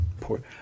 poor